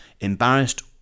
embarrassed